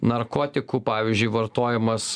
narkotikų pavyzdžiui vartojimas